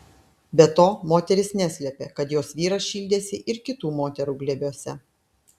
be to moteris neslėpė kad jos vyras šildėsi ir kitų moterų glėbiuose